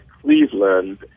Cleveland